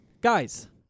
Guys